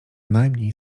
najmniej